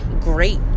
great